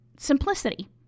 Simplicity